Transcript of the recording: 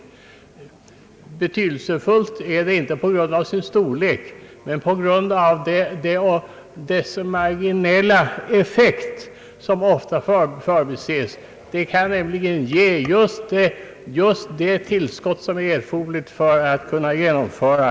Det är betydelsefullt inte på grund av sin storlek utan på grund av sin marginella effekt som ofta förbises. Det kan nämligen ge just det tillskott till kapitalmarknaden, som är erforderligt för att vissa projekt skall kunna genomföras.